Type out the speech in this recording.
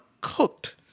cooked